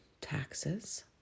taxes